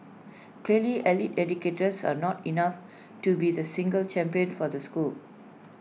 clearly allied educators are not enough to be the single champion for the school